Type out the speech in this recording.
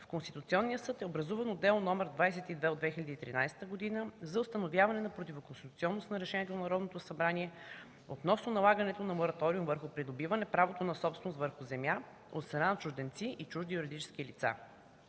в Конституционния съд е образувано дело № 22 от 2013 г. за установяване на противоконституционност на решението на Народното събрание относно налагането на мораториум върху придобиване правото на собственост върху земя от страна на чужденци и чужди юридически лица.